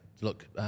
Look